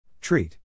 Treat